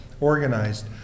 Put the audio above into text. organized